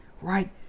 right